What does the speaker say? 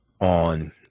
on